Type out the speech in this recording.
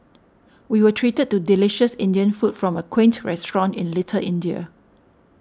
we were treated to delicious Indian food from a quaint restaurant in Little India